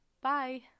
Bye